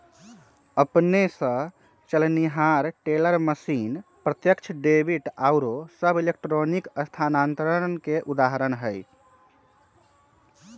अपने स चलनिहार टेलर मशीन, प्रत्यक्ष डेबिट आउरो सभ इलेक्ट्रॉनिक स्थानान्तरण के उदाहरण हइ